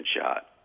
shot